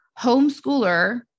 homeschooler